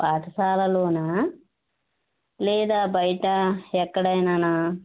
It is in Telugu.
పాఠశాలలోనా లేదా బయట ఎక్కడ అయినానా